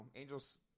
Angels